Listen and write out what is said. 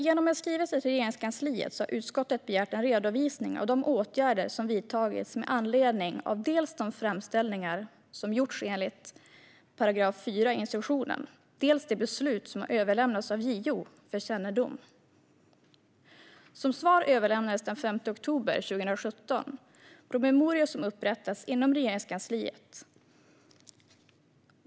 Genom en skrivelse till Regeringskansliet har utskottet begärt en redovisning av de åtgärder som vidtagits med anledning av dels de framställningar som gjorts enligt 4 § instruktionen, dels de beslut som har överlämnats av JO för kännedom. Som svar överlämnades den 5 oktober 2017 promemorior som upprättats inom Regeringskansliet.